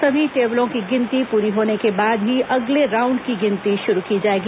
सभी टेबलों की गिनती पूरी होने के बाद ही अगले राउंड की गिनती शुरू की जाएगी